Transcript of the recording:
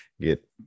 Get